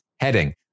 heading